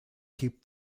keep